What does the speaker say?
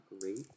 great